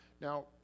now